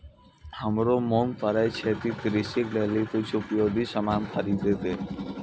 हमरो मोन करै छै कि कृषि लेली कुछ उपयोगी सामान खरीदै कै